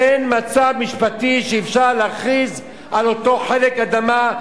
אין מצב משפטי שאפשר להכריז על אותו חלק אדמה,